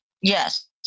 yes